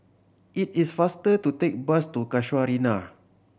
it is faster to take bus to Casuarina